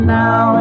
now